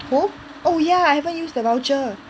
who oh ya I haven't use the voucher